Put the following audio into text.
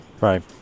right